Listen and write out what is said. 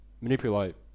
manipulate